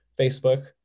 Facebook